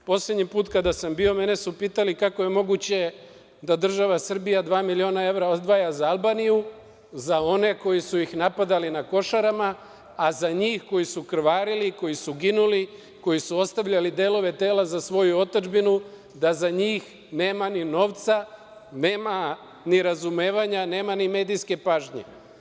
Poslednji put kada sam bio, mene su pitali - kako je moguće da država Srbija dva miliona evra odvaja za Albaniju, za one koji su ih napadali na Košarama, a za njih koji su krvarili, koji su ginuli, koji su ostavljali delove tela za svoju otadžbinu, da za njih nema ni novca, nema ni razumevanja, nema ni medijske pažnje?